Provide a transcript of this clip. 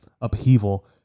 upheaval